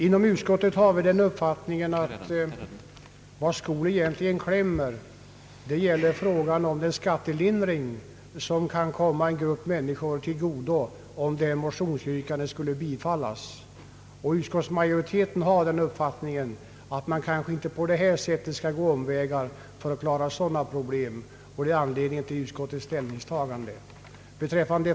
Inom utskottet har vi den uppfattningen att den fråga, där skon egentligen klämmer, gäller den skattelindring som kan komma en grupp människor till godo om motionsyrkandet skulle bifallas. Utskottsmajoriteten har den meningen, att man inte skall gå omvägar på detta sätt för att klara vissa problem, och det är anledningen till utskottets = ställningstagande.